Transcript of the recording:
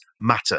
matter